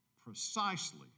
precisely